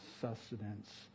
sustenance